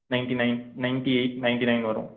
ninety nine ninety eight ninety nine வரும்